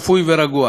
תודה רבה.